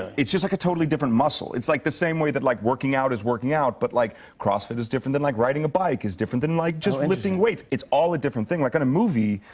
it's just like a totally different muscle. it's like the same way that, like, working out is working out, but, like, crossfit is different than, like, riding a bike is different than, like, just lifting weights. it's all a different thing. like, in a movie,